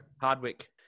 Hardwick